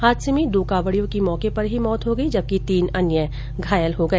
हादसे में दो कावड़ियों की मौत हो गई जबकि तीन अन्य घायल हो गए